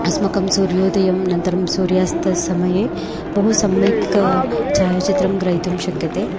अस्माकं सूर्योदयं नन्तरं सूर्यास्तसमये बहु सम्यक् छायाचित्रं ग्रहितुं शक्यते